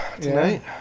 tonight